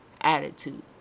attitude